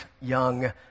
young